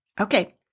Okay